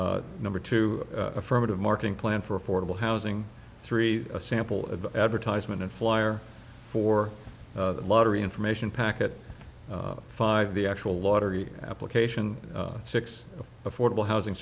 plan number two affirmative marketing plan for affordable housing three a sample of advertisement a flyer for the lottery information packet five the actual lottery application six affordable housing